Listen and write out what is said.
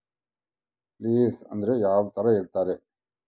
Place ಅಂದ್ರೆ ಯಾವ್ತರ ಇರ್ತಾರೆ?